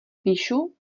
píšu